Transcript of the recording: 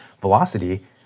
velocity